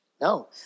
No